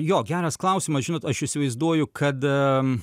jo geras klausimas žinot aš įsivaizduoju kad